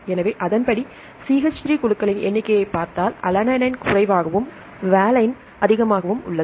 எனவே அதன்படி CH3 குழுக்களின் எண்ணிக்கையைப் பார்த்தால் அலனைன் குறைவாகவும் வாலின் அதிகமாகவும் உள்ளது